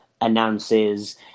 announces